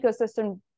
ecosystem